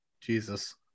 Jesus